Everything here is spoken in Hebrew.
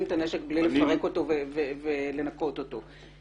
את הנשק בלי לפרק אותו ולנקות אותו.